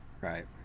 right